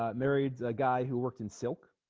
ah married a guy who worked in silk